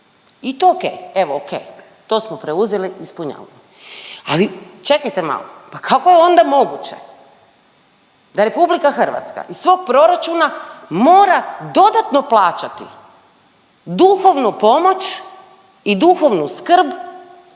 I to ok, evo ok, to smo preuzeli, ispunjavamo. Ali čekajte malo, pa kako onda moguće da RH iz svog proračuna mora dodatno plaćati duhovnu pomoć i duhovnu skrb